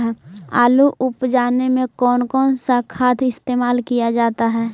आलू उप जाने में कौन कौन सा खाद इस्तेमाल क्या जाता है?